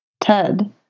Ted